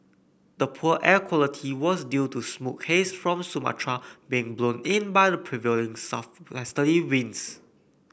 the poor air quality was due to smoke haze from Sumatra being blown in by the prevailing southwesterly winds